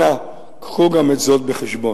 אנא, קחו גם את זאת בחשבון.